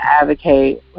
advocate